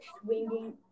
swinging